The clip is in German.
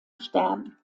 stern